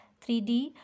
3D